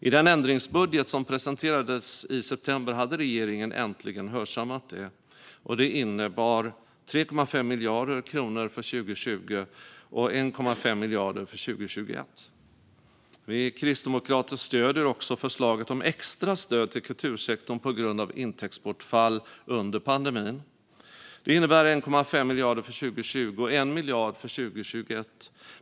I den ändringsbudget som presenterades i september hade regeringen äntligen hörsammat detta, vilket innebär 3,5 miljarder kronor för 2020 och l,5 miljarder för 2021. Vi kristdemokrater stöder också förslaget om extra stöd till kultursektorn på grund av intäktsbortfall under pandemin. Det innebär 1,5 miljarder för 2020 och l miljard för 2021.